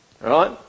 right